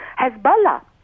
Hezbollah